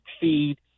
feed